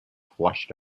flushed